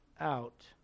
out